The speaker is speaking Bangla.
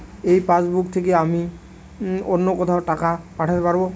এই পাসবুক থেকে কি আমি অন্য কোথাও টাকা পাঠাতে পারব?